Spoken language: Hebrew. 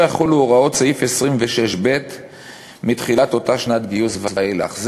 יחולו הוראות סעיף 26כ מתחילת אותה שנת גיוס ואילך".